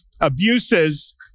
abuses